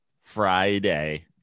Friday